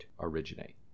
originate